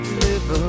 live